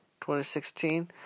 2016